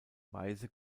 weise